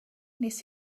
wnes